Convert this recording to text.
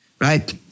Right